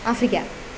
Africa